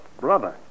Brother